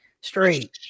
Straight